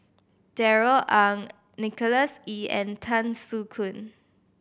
Darrell Ang Nicholas Ee and Tan Soo Khoon